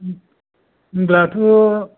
दाथ'